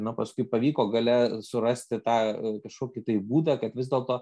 nu paskui pavyko gale surasti tą kažkokį tai būdą kad vis dėlto